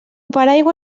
paraigua